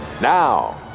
Now